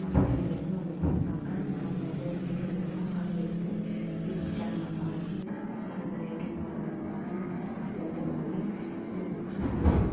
அப்புறம் எனக்கு எடுத்துட்டு வந்து கொடுத்தாங்க நான் வித வீட்டில் இருக்கிற தக்காளி எடுத்து யூடியூப் சேனலை பார்த்து தக்காளி வித எப்படி போடுறாங்கன்னு பார்த்து நாங்கள் பா செஞ்சதுனால் இன்றைக்கி